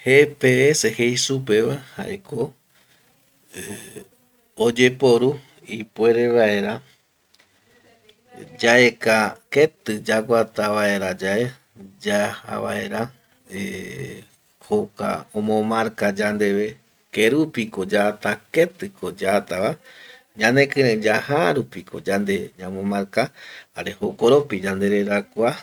Gps jei supeva jaeko eh oyeporu ipuere vaera yaeka keti yaguata vaera yae yajavaera eh jokua omomarka yandeve kerupiko yata ketiko yatava, nanekirei yaja rupiko yande ñamomarka jare jokoropiko yanderera kua